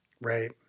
Right